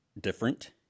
different